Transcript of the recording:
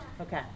okay